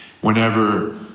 whenever